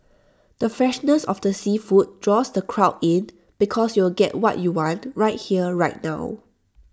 the freshness of the seafood draws the crowd in because you'll get what you want right here right now